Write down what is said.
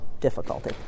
difficulty